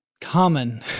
common